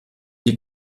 die